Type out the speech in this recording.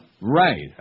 Right